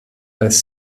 als